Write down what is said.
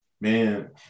man